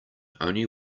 only